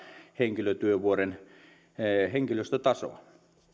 henkilötyövuoden henkilöstötasoa